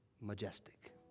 majestic